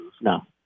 No